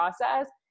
process